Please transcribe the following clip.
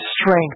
strength